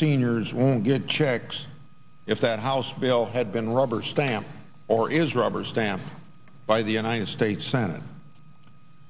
seniors won't get checks if that house bill had been rubber stamp or is rubber stamped by the united states senate